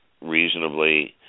reasonably